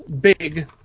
big